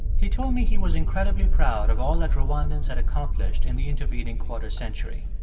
he told me he was incredibly proud of all that rwandans had accomplished in the intervening quarter century.